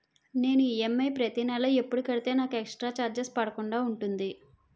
నేను ఈ.ఎం.ఐ ప్రతి నెల ఎపుడు కడితే నాకు ఎక్స్ స్త్ర చార్జెస్ పడకుండా ఉంటుంది?